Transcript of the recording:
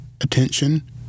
Attention